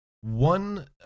one